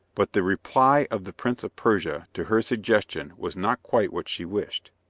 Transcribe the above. but the reply of the prince of persia to her suggestion was not quite what she wished.